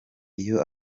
iyo